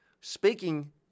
speaking